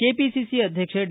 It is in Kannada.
ಕೆಪಿಸಿಸಿ ಅಧ್ಯಕ್ಷ ಡಿ